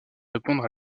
répondre